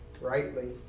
rightly